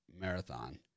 Marathon